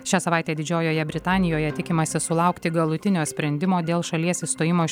šią savaitę didžiojoje britanijoje tikimasi sulaukti galutinio sprendimo dėl šalies išstojimo iš